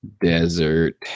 Desert